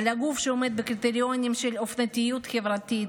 על הגוף שעומד בקריטריונים של אופנתיות חברתית.